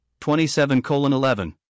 27:11